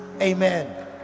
amen